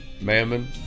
Mammon